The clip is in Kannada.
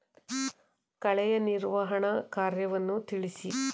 ಕಳೆಯ ನಿರ್ವಹಣಾ ಕಾರ್ಯವನ್ನು ತಿಳಿಸಿ?